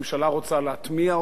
להטביע אותה,